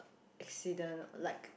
accident like